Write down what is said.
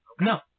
No